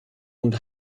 und